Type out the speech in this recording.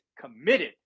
committed